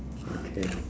okay